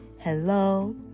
Hello